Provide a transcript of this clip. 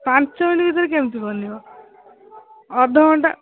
ପାଞ୍ଚ ମିନିଟ୍ ଭିତରେ କେମିତି ବନିବ ଅଧ ଘଣ୍ଟା